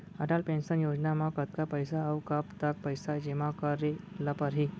Atal pension Yojana म कतका पइसा, अऊ कब तक पइसा जेमा करे ल परही?